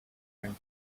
time